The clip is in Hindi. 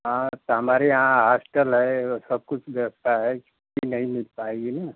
हाँ तो हमारे यहाँ हास्टल है और सब कुछ व्यवस्था है छुट्टी नहीं मिल पाएगी न